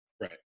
right